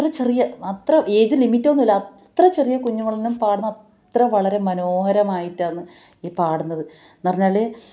അത്ര ചെറിയ അത്ര ഏജ് ലിമിറ്റ് ഒന്നുമില്ല അത്ര ചെറിയ കുഞ്ഞുങ്ങൾ പാടുന്ന അത്ര വളരെ മനോഹരമായിട്ടാന്ന് ഈ പാടുന്നത് എന്ന് പറഞ്ഞാല്